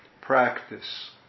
practice